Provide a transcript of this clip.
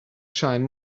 shine